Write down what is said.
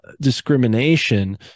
discrimination